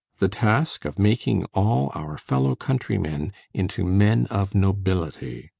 the task of making all our fellow-countrymen into men of nobility.